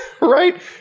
right